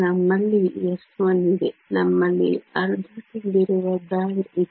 ನಮ್ಮಲ್ಲಿ s1 ಇದೆ ನಮ್ಮಲ್ಲಿ ಅರ್ಧ ತುಂಬಿರುವ ಬ್ಯಾಂಡ್ ಇದೆ